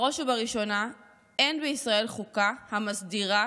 בראש ובראשונה אין בישראל חוקה המסדירה